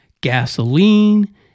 gasoline